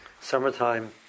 summertime